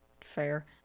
fair